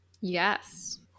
Yes